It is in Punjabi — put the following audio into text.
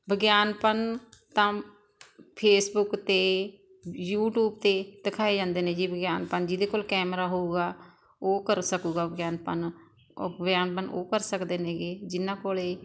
ਵਿਗਿਆਪਨ ਤਾਂ ਫੇਸਬੁੱਕ ਅਤੇ ਯੂਟਿਊਬ 'ਤੇ ਦਿਖਾਏ ਜਾਂਦੇ ਨੇ ਜੀ ਵਿਗਿਆਪਨ ਜਿਹਦੇ ਕੋਲ ਕੈਮਰਾ ਹੋਊਗਾ ਉਹ ਕਰ ਸਕੂਗਾ ਵਿਗਿਆਪਨ ਔਰ ਵਿਗਿਆਪਨ ਉਹ ਕਰ ਸਕਦੇ ਨੇ ਗੇ ਜਿਨ੍ਹਾਂ ਕੋਲ